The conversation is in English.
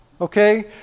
okay